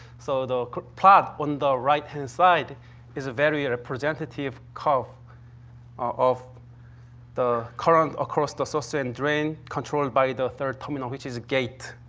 so, the plot on the right-hand side is a very representative graph of the current across the source and drain controlled by the third terminal, which is gate.